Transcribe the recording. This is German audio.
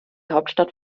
hauptstadt